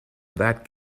that